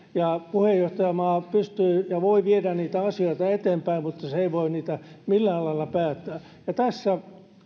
puheenjohtajamaa pystyy ja voi viedä niitä asioita eteenpäin mutta se ei voi niitä millään lailla päättää ja tässä